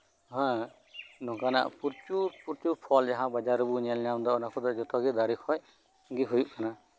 ᱦᱮᱸ ᱱᱚᱝᱠᱟᱱᱟᱜ ᱯᱨᱚᱪᱩᱨ ᱯᱨᱚᱪᱩᱨ ᱠᱚᱞ ᱡᱟᱦᱟᱸ ᱵᱟᱡᱟᱨ ᱨᱮᱵᱚᱱ ᱧᱮᱞ ᱧᱟᱢ ᱮᱫᱟ ᱚᱱᱟ ᱠᱚᱫᱚ ᱡᱚᱛᱚᱜᱮ ᱫᱟᱨᱮᱹ ᱠᱷᱚᱱᱜᱮ ᱦᱳᱭᱳᱜ ᱠᱟᱱᱟ